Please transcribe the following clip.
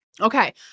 Okay